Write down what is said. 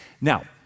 Now